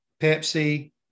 Pepsi